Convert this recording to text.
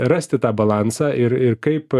rasti tą balansą ir ir kaip